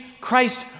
Christ